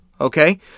okay